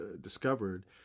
discovered